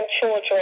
children